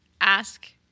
ask